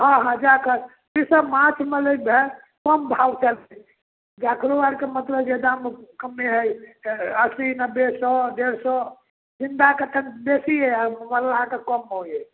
हँ हँ जाकऽ ई सब माँछ माने भेल कम भावके भेल अकरो आओरके मतलब जे दाम कमे हइ अस्सी नब्बे सओ डेढ़ सओ जिन्दाके कनि बेसी हइ आओर मरलाहाके कम भऽ गेल